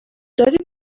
داری